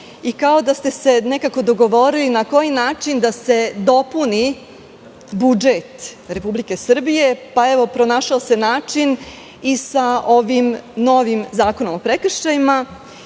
i kao da ste se nekako dogovorili na koji način da se dopuni budžet Republike Srbije, pa, evo, pronašao se način i sa ovim novim zakonom o prekršajima.